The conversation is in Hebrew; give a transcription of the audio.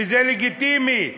וזה לגיטימי,